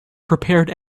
prepared